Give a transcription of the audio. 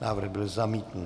Návrh byl zamítnut.